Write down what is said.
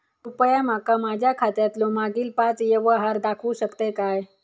कृपया माका माझ्या खात्यातलो मागील पाच यव्हहार दाखवु शकतय काय?